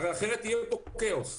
אחרת יהיה פה כאוס.